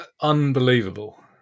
unbelievable